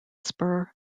spur